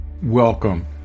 Welcome